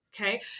okay